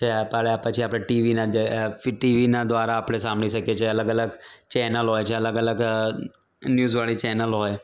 છે અપા એલા પછી આપણે ટીવીના જે ફ ટીવીના દ્વારા આપણે સાંભળી શકીએ છીએ અલગ અલગ ચેનલ હોય છે અલગ અલગ ન્યૂઝવાળી ચેનલ હોય